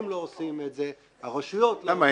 הם לא עושים את זה, הרשויות לא --- למה אין?